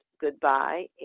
Goodbye